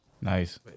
Nice